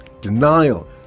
denial